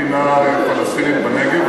את בעד מדינה פלסטינית בנגב?